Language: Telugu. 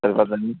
సరిపోతుందండి